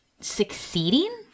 succeeding